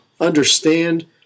understand